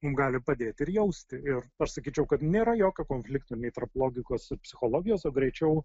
mum gali padėti ir jausti ir aš sakyčiau kad nėra jokio konflikto nei tarp logikos ir psichologijos o greičiau